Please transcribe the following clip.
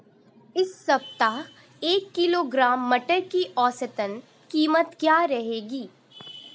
इस सप्ताह एक किलोग्राम मटर की औसतन कीमत क्या रहेगी?